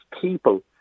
people